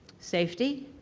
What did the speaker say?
safety,